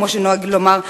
כמו שנוהגים לומר.